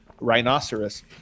rhinoceros